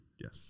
Yes